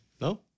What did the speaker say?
no